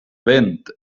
vent